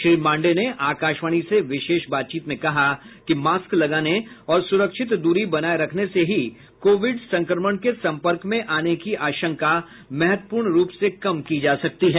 श्री मांडे ने आकाशवाणी से विशेष बातचीत में कहा कि मास्क लगाने और सुरक्षित दूरी बनाए रखने से ही कोविड संक्रमण के सम्पर्क में आने की आशंका महत्वपूर्ण रूप से कम की जा सकती है